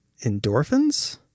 endorphins